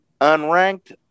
Unranked